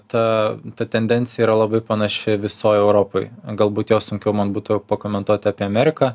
ta ta tendencija yra labai panaši visoj europoj galbūt jau sunkiau man būtų pakomentuoti apie ameriką